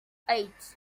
eight